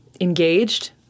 Engaged